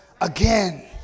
again